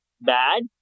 bad